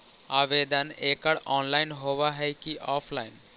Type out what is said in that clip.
आवेदन एकड़ ऑनलाइन होव हइ की ऑफलाइन?